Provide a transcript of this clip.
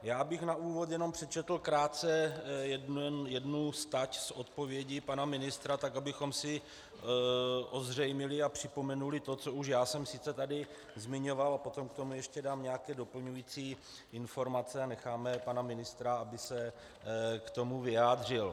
Já bych na úvod jenom přečetl krátce jednu stať z odpovědi pana ministra, tak abychom si ozřejmili a připomenuli to, co už já jsem sice tady zmiňoval, a potom k tomu ještě dám nějaké doplňující informace a necháme pana ministra, aby se k tomu vyjádřil.